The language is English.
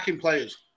players